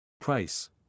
Price